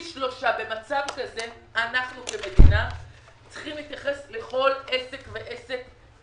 במצב כזה אנחנו כמדינה צריכים להתייחס לכל עסק ועסק